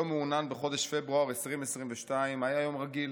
יום מעונן בחודש פברואר 2022 היה יום רגיל,